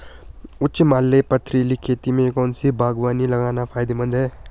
उच्च हिमालयी पथरीली खेती में कौन सी बागवानी लगाना फायदेमंद है?